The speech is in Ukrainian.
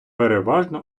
переважно